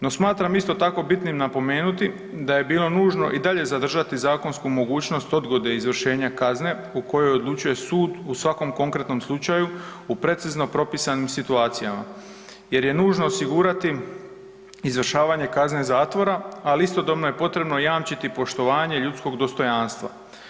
No, smatram isto tako bitnim napomenuti da je bilo nužno i dalje zadržati zakonsku mogućnost odgode izvršenja kazne o kojoj odlučuje sud u svakom konkretnom slučaju u precizno propisanim situacijama jer je nužno osigurati izvršavanje kazne zatvora, ali istodobno je potrebno jamčiti poštovanje ljudskog dostojanstva.